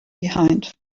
behind